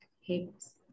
hips